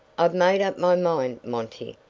i've made up my mind, monty,